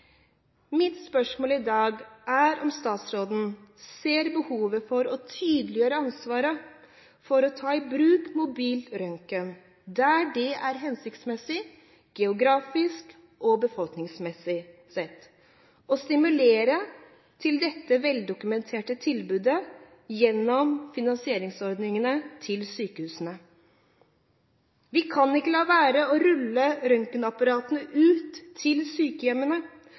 Mitt spørsmål i dag er om statsråden ser behovet for å tydeliggjøre ansvaret for å ta i bruk mobil røntgen der det er hensiktsmessig geografisk og befolkningsmessig sett, og stimulere til dette veldokumenterte tilbudet gjennom finansieringsordningene til sykehusene. Vi kan ikke la være å rulle røntgenapparatene ut til sykehjemmene